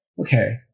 okay